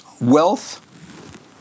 wealth